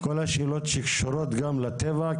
כל השאלות שקשורות גם לטבע,